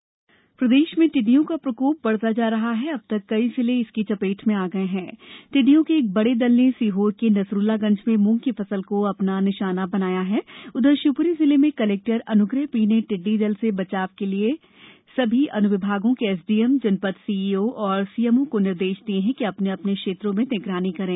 टिड्डी दल प्रदेश में टिड्डियों का प्रकोप बढ़ता जा रहा हैअब तक कई जिले इसी चपेट में आ गए हैं टिड्डियों के एक बड़ा दल ने सीहोर के नसरुल्लागंज में मूंग की फसल को अपना निशाना बनाया है उधर शिवप्री जिले में कलेक्टर श्रीमती अन्ग्रहा पी ने टिड्डी दल से बचाव के लिए समस्त अन्विभागों के एसडीएम जनपद सीईओ और सीएमओ को निर्देश दिए हैं कि अपने अपने क्षेत्रो में निगरानी करें